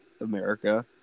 America